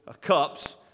cups